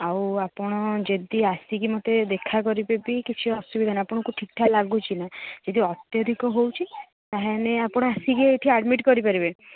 ଆଉ ଆପଣ ଯଦି ଆସିକି ମତେ ଦେଖା କରିବେ ବି କିଛି ଅସୁବିଧା ନାହିଁ ଆପଣଙ୍କୁ ଠିକ୍ ଠାକ୍ ଲାଗୁଛି ନା ଏ ଯୋଉ ଅତ୍ୟଧିକ ହେଉଛି ତା'ହେଲେ ଆପଣ ଆସିକି ଏଠି ଆଡ଼ମିଟ୍ କରିପାରିବେ